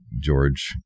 George